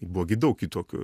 buvo gi daug kitokio